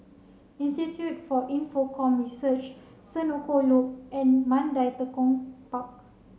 institute for Infocomm Research Senoko Loop and Mandai Tekong Park